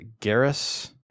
Garrus